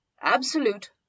Absolute